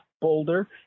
Boulder